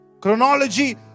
Chronology